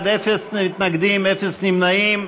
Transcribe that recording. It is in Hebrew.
חברי הכנסת, 43 בעד, אין מתנגדים, אין נמנעים.